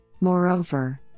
Moreover